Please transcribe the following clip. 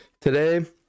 today